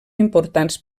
importants